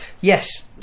Yes